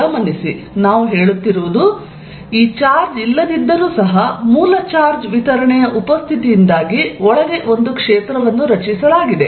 ಗಮನಿಸಿ ನಾವು ಹೇಳುತ್ತಿರುವುದು ಈ ಚಾರ್ಜ್ ಇಲ್ಲದಿದ್ದರೂ ಸಹ ಮೂಲ ಚಾರ್ಜ್ ವಿತರಣೆಯ ಉಪಸ್ಥಿತಿಯಿಂದಾಗಿ ಒಳಗೆ ಒಂದು ಕ್ಷೇತ್ರವನ್ನು ರಚಿಸಲಾಗಿದೆ